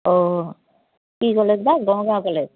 অঁ কি কলেজ বা গড়গাঁও কলেজ